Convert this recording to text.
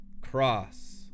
cross